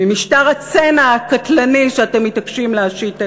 ממשטר הצנע הקטלני שאתם מתעקשים להשית עלינו.